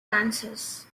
kansas